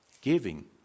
giving